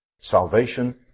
Salvation